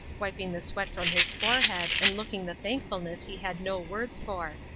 wiping the sweat from his forehead and looking the thankfulness he had no words for.